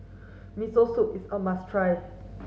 Miso Soup is a must try